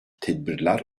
tedbirler